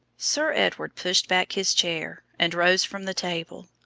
sir edward pushed back his chair and rose from the table.